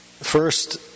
First